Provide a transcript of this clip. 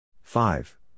Five